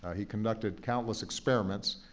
he conducted countless experiments,